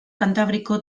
kantabriko